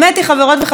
חברות וחברים,